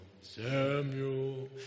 Samuel